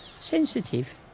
sensitive